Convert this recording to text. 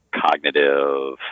cognitive